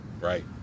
Right